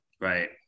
Right